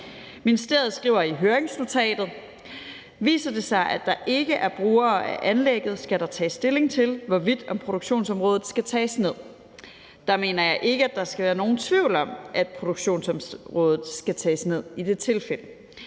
Ministeriet skriver i høringsnotatet: Viser det sig, at der ikke er brugere af anlægget, skal der tages stilling til, hvorvidt produktionsområdet skal tages ned. Der mener jeg ikke, at der skal være nogen tvivl om, at produktionsområdet skal tages ned i det tilfælde.